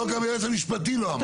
גם היועץ המשפטי לא אמר.